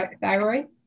thyroid